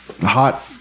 hot